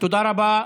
תודה רבה.